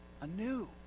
anew